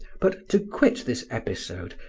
but to quit this episode,